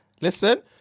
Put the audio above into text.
Listen